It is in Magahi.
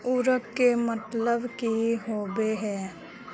उर्वरक के मतलब की होबे है?